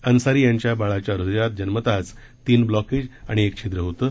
अन्सारी यांच्या बाळाच्या हृदयात जन्मतःच तीन ब्लॉकेज आणि एक छिद्र होतं